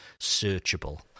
searchable